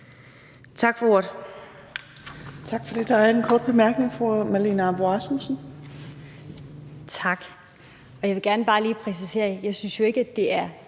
Tak for det.